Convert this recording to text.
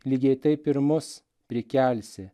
lygiai taip ir mus prikelsi